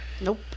Nope